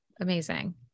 Amazing